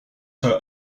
her